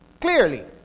Clearly